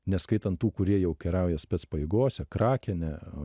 neskaitant tų kurie jau kariauja spec pajėgose krakene